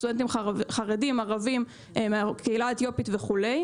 סטודנטים חרדים, ערבים, מהקהילה האתיופית וכו'.